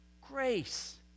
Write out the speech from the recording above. Grace